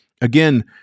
Again